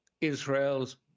Israel's